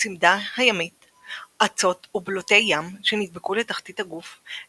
הצימדה הימית – אצות ובלוטי-ים שנדבקו לתחתית הגוף,